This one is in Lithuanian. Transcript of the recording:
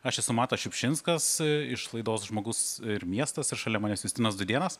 aš esu matas šiupšinskas iš laidos žmogus ir miestas ir šalia manęs justinas dudėnas